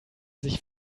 sich